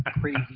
crazy